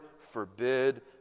forbid